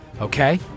Okay